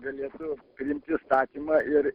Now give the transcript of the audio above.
galėtų priimti įstatymą ir